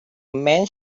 man